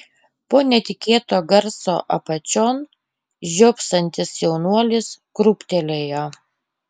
po netikėto garso apačion žiopsantis jaunuolis krūptelėjo